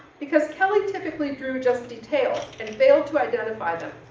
because kelly typically drew just details and failed to identify them,